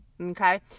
Okay